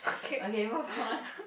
okay move on